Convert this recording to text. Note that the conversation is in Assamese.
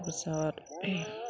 তাৰপিছত